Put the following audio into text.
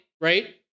right